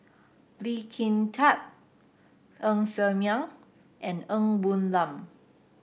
Lee Kin Tat Ng Ser Miang and Ng Woon Lam